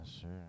sure